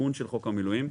עדכון של חוק המילואים.